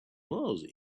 miles